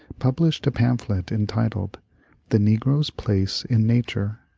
published a pamphlet entitled the negro's place in nature.